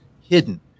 hidden